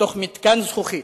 בתוך מתקן זכוכית,